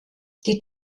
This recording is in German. die